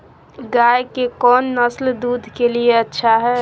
गाय के कौन नसल दूध के लिए अच्छा है?